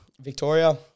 Victoria